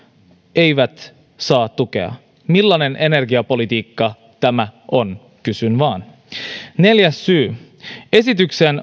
eivät saa tukea millaista energiapolitiikkaa tämä on kysyn vaan neljä neljäs syy esityksen